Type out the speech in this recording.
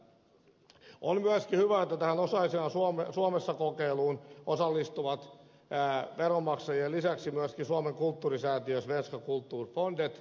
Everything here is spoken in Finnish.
on myöskin hyvä että tähän osallisena suomessa kokeiluun osallistuvat veronmaksajien lisäksi myöskin suomen kulttuurirahasto ja svenska kulturfonden